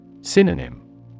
Synonym